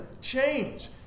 change